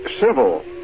Civil